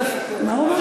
מה הוא אמר?